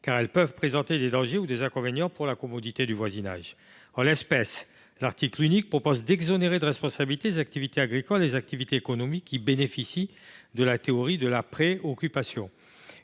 car elles peuvent présenter des dangers ou des inconvénients pour la commodité du voisinage. En l’espèce, l’article unique prévoit d’exonérer de responsabilité les activités agricoles et les activités économiques qui bénéficient de la théorie de la pré occupation.